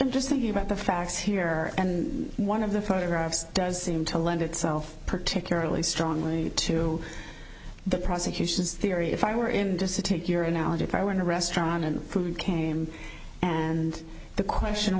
just thinking about the facts here and one of the photographs does seem to lend itself particularly strongly to the prosecution's theory if i were him to sit in your analogy if i were in a restaurant and came and the question